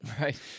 Right